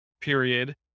period